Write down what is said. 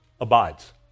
abides